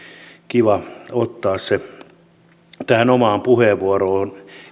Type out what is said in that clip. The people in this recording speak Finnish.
kiva ottaa se tähän omaan puheenvuoroon